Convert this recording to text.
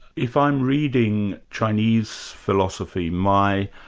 if i'm reading chinese philosophy, my